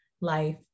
life